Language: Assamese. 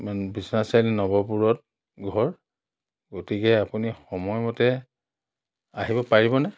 মানে বিশ্বনাথ চাৰিআলি নৱপুৰত ঘৰ গতিকে আপুনি সময়মতে আহিব পাৰিবনে